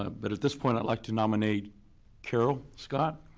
um but at this point i'd like to nominate carol scott,